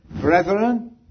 Brethren